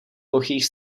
plochých